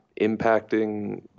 impacting